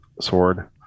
sword